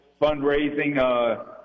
fundraising